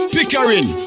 Pickering